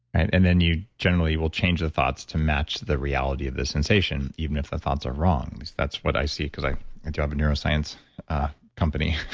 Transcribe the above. and and then you generally will change the thoughts to match the reality of the sensation, even if the thoughts are wrong. that's what i see, because i do have a neuroscience company,